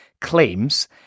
claims